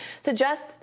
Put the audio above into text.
suggests